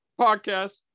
podcast